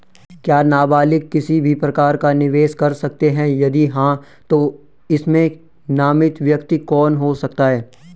क्या नबालिग किसी भी प्रकार का निवेश कर सकते हैं यदि हाँ तो इसमें नामित व्यक्ति कौन हो सकता हैं?